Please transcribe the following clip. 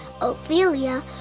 Ophelia